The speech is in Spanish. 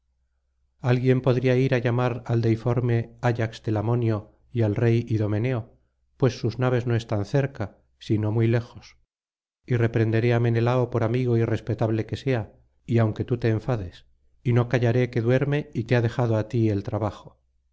alguien podría ir á llamar al deiforme ayax telamonio y al rey idomeneo pues sus naves no están cerca sino muy lejos y reprenderé á menelao por amigo y respetable que sea y aunque tii te enfades y no callaré que duerme y te ha dejado á t el trabajo